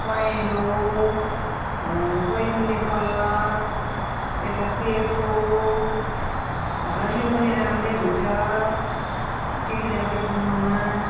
पहेँलो बैगुने कलर यता सेतो हरियो पनि राम्रै हुन्छ के के जाति बुन्नुमा